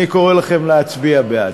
אני קורא לכם להצביע בעד.